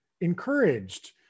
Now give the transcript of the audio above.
encouraged